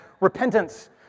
Repentance